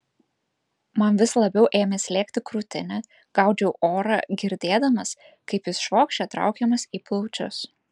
man vis labiau ėmė slėgti krūtinę gaudžiau orą girdėdamas kaip jis švokščia traukiamas į plaučius